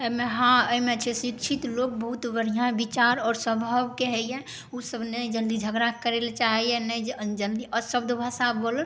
एहिमे हँ एहीमे जे शिक्षित लोक बहुत बढ़िऑं विचार आओर स्वभावके होइए ओसब नहि जल्दी झगड़ा करै लए चाहैए नहि ज जल्दी अपशब्द भाषा बोलल